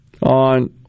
on